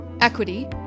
equity